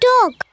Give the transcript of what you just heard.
Dog